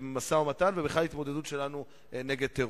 ובכלל להתמודדות שלנו נגד טרור?